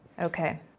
Okay